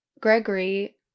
Gregory